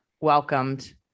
welcomed